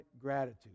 gratitude